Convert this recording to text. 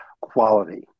quality